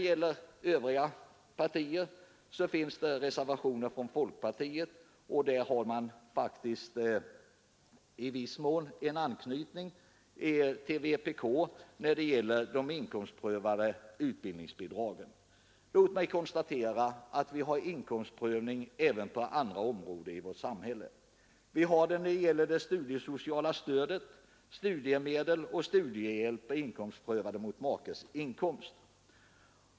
Vad övriga partier beträffar finns det reservationer från folkpartiet, som faktiskt i viss mån har en anknytning till vpk när det gäller de inkomstprövade utbildningsbidragen. Låt mig konstatera att vi har inkomstprövning även på andra områden i vårt samhälle. Vi har det när det gäller det studiesociala stödet, studiemedel och studiehjälp, förmåner som är inkomstprövade mot makes inkomst.